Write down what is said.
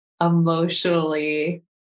emotionally